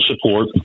support